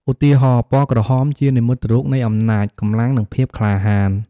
ឧទាហរណ៍ ពណ៌ក្រហម ជានិមិត្តរូបនៃអំណាច កម្លាំង និងភាពក្លាហាន។